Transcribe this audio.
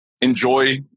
enjoy